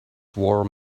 warm